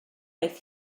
aeth